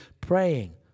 praying